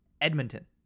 Edmonton